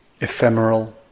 ephemeral